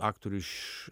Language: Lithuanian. aktorių iš